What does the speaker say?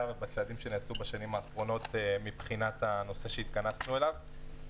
ובצעדים שנעשו בשנים האחרונות מבחינת הנושא שהתכנסנו אליו,